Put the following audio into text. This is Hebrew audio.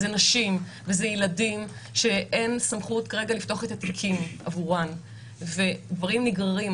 זה נשים וילדים שאין סמכות כרגע לפתוח את התיקים עבורן ודברים נגררים.